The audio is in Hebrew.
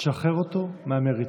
שחרר אותו מהמריצות.